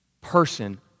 person